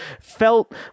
felt